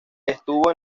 estuvo